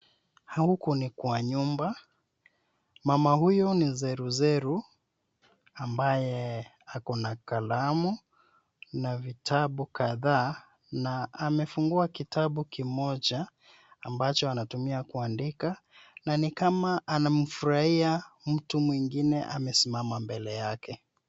Huku ni kwa nyumba. Mama huyu ni zeruzeru ambaye ako na kalamu na vitabu kadhaa na amefungua kitabu kimoja ambacho anatumia kuandika na ni kama anamfurahia mtu mwingine amesimama mbele yake.